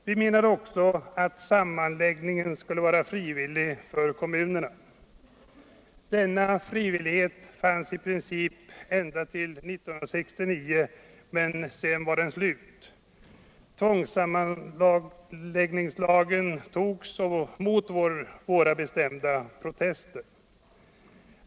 Vi menade också att sammanläggningen skulle vara frivillig för kommunerna. Denna frivillighet fanns i princip ända till 1969, men sedan upphörde den att existera. Tvångssammanläggningslagen togs mot våra bestämda protester.